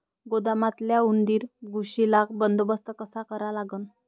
गोदामातल्या उंदीर, घुशीचा बंदोबस्त कसा करा लागन?